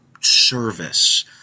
service